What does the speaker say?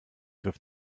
griff